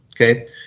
okay